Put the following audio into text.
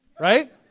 right